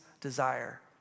desire